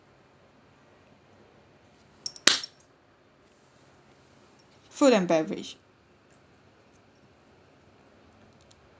food and beverage